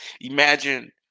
imagine